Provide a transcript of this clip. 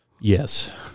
Yes